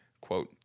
quote